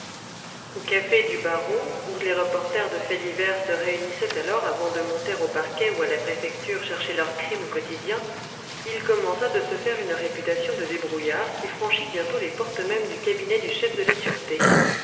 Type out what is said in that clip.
au café du barreau où les reporters de faits divers se réunissaient alors avant de monter au parquet ou à la préfecture chercher leur crime quotidien il commença de se faire une réputation de débrouillard qui franchit bientôt les portes mêmes du cabinet du chef de la sûreté